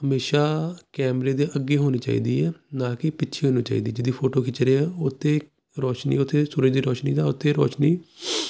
ਹਮੇਸ਼ਾ ਕੈਮਰੇ ਦੇ ਅੱਗੇ ਹੋਣੀ ਚਾਹੀਦੀ ਹੈ ਨਾ ਕਿ ਪਿੱਛੇ ਹੋਣੀ ਚਾਹੀਦੀ ਜਿਹਦੀ ਫੋਟੋ ਖਿੱਚ ਰਹੇ ਹਾਂ ਉੱਥੇ ਰੋਸ਼ਨੀ ਉੱਥੇ ਸੂਰਜ ਦੀ ਰੋਸ਼ਨੀ ਦਾ ਉੱਥੇ ਰੋਸ਼ਨੀ